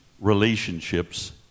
relationships